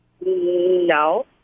No